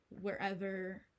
wherever